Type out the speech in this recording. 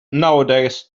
nowadays